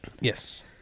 Yes